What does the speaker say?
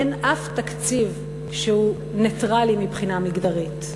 אין אף תקציב שהוא נייטרלי מבחינה מגדרית.